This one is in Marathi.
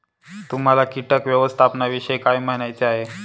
तुम्हाला किटक व्यवस्थापनाविषयी काय म्हणायचे आहे?